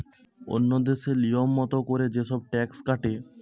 ওন্য দেশে লিয়ম মত কোরে যে সব ট্যাক্স কাটে